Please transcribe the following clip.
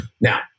Now